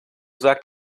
sagt